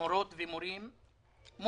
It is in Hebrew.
מורות ומורים מובטלים,